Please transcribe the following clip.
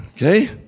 Okay